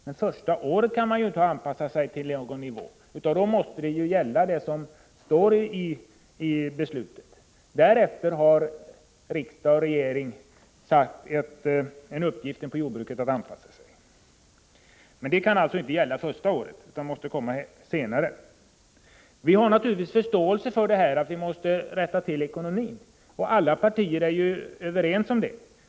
Men första året kan man ju inte anpassa sig till någon nivå, utan då måste ju gälla det som beslutats. Därefter har riksdag och regering gett jordbruket uppgiften att anpassa sig. Men det kan alltså inte gälla första året. Vi har naturligtvis förståelse för att man måste rätta till ekonomin. Alla partier är ju överens om det.